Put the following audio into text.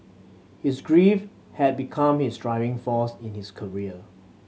his grief had become his driving force in his career